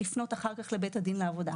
לפנות אחר כך לבית הדין לעבודה,